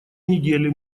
недели